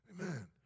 Amen